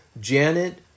Janet